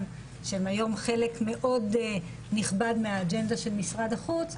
שהם היום חלק מאוד נכבד מהאג'נדה של משרד החוץ,